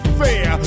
fair